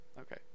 Okay